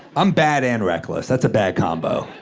i'm bad and reckless. that's a bad combo.